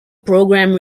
program